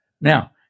Now